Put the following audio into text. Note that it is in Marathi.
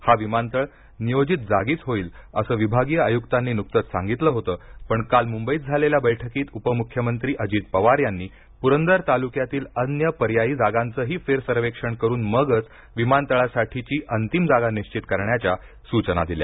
हा विमानतळ नियोजित जागीच होईल असं विभागीय आयुक्तांनी नुकतंच सांगितलं होतं पण काल मुंबईत झालेल्या बैठकीत उपमुख्यमंत्री अजित पवार यांनी पुरंदर तालुक्यातील अन्य पर्यायी जागांचही फेर सर्वेक्षण करून मगच विमानतळासाठीची अंतिम जागा निश्वित करण्याच्या सूचना दिल्या